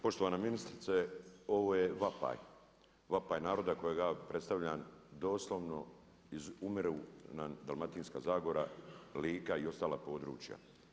Poštovana ministrice, ovo je vapaj, vapaj naroda kojega ja predstavljam doslovno iz umire nam Dalmatinska zagora, Lika i ostala područja.